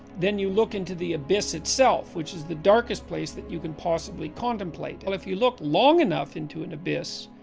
then you look into the abyss itself, which is the darkest place that you can possibly contemplate. well if you look long enough into an abyss,